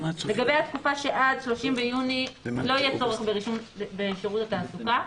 לגבי התקופה שעד 30 ביוני לא יהיה צורך ברישום בשירות התעסוקה,